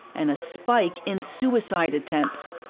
and a spike in suicide attempts.